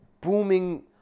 booming